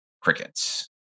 crickets